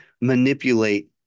manipulate